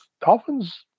Dolphins